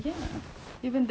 so